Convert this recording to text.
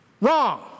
Wrong